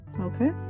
okay